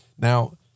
Now